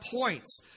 points